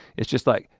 it's just like,